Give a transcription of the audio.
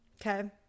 Okay